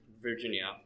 Virginia